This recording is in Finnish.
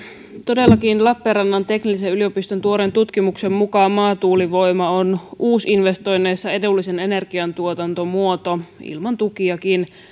todellakin lappeenrannan teknillisen yliopiston tuoreen tutkimuksen mukaan maatuulivoima on uusinvestoinneissa edullisin energiantuotantomuoto ilman tukiakin